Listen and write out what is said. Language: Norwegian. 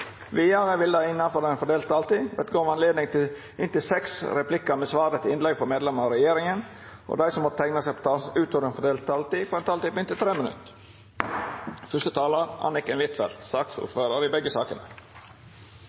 Vidare vert det – innanfor den fordelte taletida – gjeve anledning til inntil seks replikkar med svar etter innlegg frå medlemer av regjeringa, og dei som måtte teikna seg på talarlista utover den fordelte taletida, får ei taletid på inntil 3 minutt.